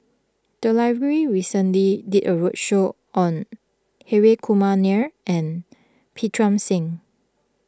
the library recently did a roadshow on Hri Kumar Nair and Pritam Singh